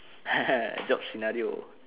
ha ha job scenario